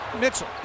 Mitchell